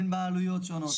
בין בעלויות שונות.